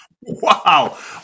Wow